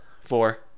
four